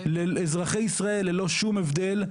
אזרחי ישראל ללא שום הבדל,